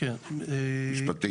משפטי סיום.